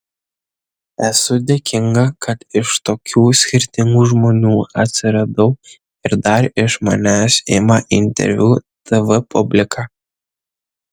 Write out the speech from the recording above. esu dėkinga kad iš tokių skirtingų žmonių atsiradau ir dar iš manęs ima interviu tv publika